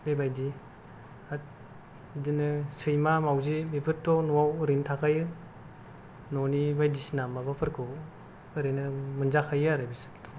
बेबायदि बिदिनो सैमा मावजि बेफोरथ' न'आव ओरैनो थाखायो न'नि बायदिसिना माबाफोरखौ ओरैनो मोनजा खायो आरो बिसोरथ'